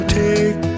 take